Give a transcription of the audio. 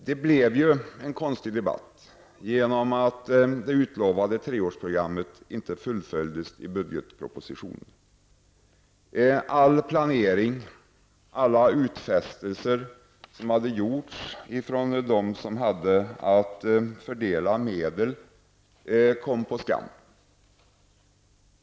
Det blev en konstig debatt eftersom det utlovade treårsprogrammet inte fullföljdes i budgetpropositionen. All planering och alla utfästelser som hade gjorts ifrån dem som hade att fördela medel kom på skam.